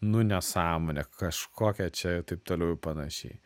nu nesąmonė kažkokia čia taip toliau ir panašiai